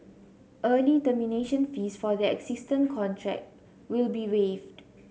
early termination fees for their existing contract will be waived